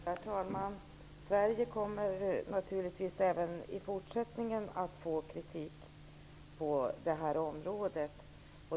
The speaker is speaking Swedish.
Herr talman! Sverige kommer givetvis även i fortsättningen att få kritik på detta område.